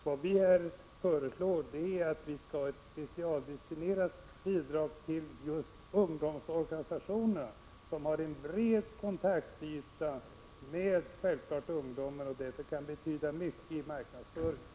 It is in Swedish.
Vad vi här föreslår är ett specialdestinerat bidrag till just ungdomsorganisationerna, som naturligtvis har en bred kontaktyta mot ungdomen, vilket kan betyda mycket för marknadsföringen.